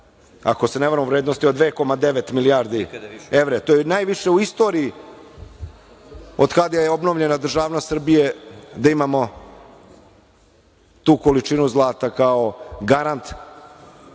Ako se ne varam u vrednosti od 2,9 milijardi evra. To je najviše u istoriji od kada je obnovljena državnost Srbije, da imamo tu količinu zlata kao garant